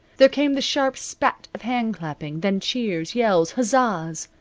there came the sharp spat of hand-clapping, then cheers, yells, huzzas.